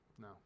No